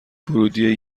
ورودی